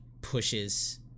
pushes